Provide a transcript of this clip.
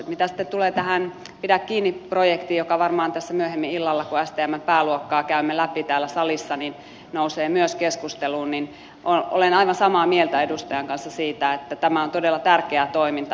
mitä sitten tulee tähän pidä kiinni projektiin joka varmaan myös tässä myöhemmin illalla kun stmn pääluokkaa käymme läpi täällä salissa nousee keskusteluun niin olen aivan samaa mieltä edustajan kanssa siitä että tämä on todella tärkeää toimintaa